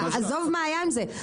עזוב מה היה עם זה,